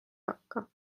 hakka